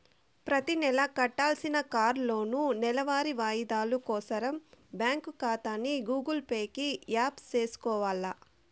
ప్రతినెలా కట్టాల్సిన కార్లోనూ, నెలవారీ వాయిదాలు కోసరం బ్యాంకు కాతాని గూగుల్ పే కి యాప్ సేసుకొవాల